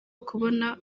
ukubona